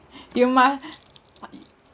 you must